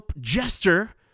jester